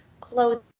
clothing